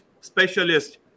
specialist